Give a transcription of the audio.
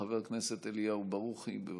חבר הכנסת אליהו ברוכי, בבקשה.